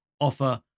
offer